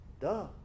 Duh